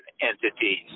entities